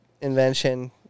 invention